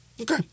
Okay